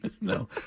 No